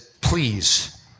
please